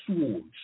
swords